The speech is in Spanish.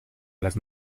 las